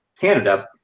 canada